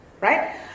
right